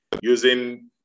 using